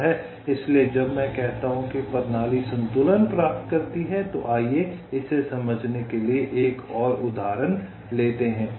इसलिए जब मैं कहता हूं कि प्रणाली संतुलन प्राप्त करती है तो आइए इसे समझने के लिए एक और उदाहरण लेते हैं